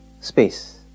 Space